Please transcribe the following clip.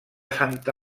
santa